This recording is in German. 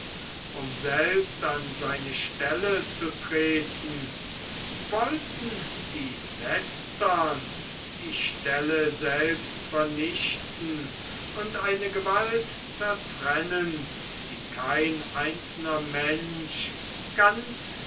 um selbst an seine stelle zu treten wollten die letztern die stelle selbst vernichten und eine gewalt zertrennen die kein einzelner mensch ganz